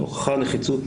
הוכחה נחיצות,